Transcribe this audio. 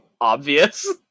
obvious